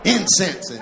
Incense